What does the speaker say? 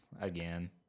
again